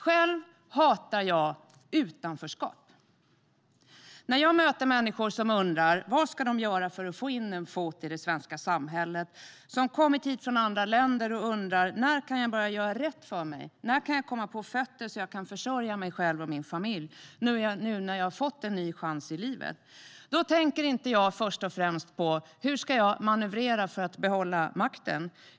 Själv hatar jag utanförskap. Jag möter människor som undrar vad de ska göra för att få in en fot i det svenska samhället. De har kommit hit från andra länder och undrar när de kan börja göra rätt för sig, när de kan komma på fötter för att kunna försörja sig själv och sin familj, nu när de har fått en ny chans livet. Då tänker jag inte först och främst på: Hur ska jag manövrera för att behålla makten?